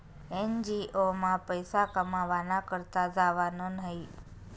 NGO मा पैसा कमावाना करता जावानं न्हयी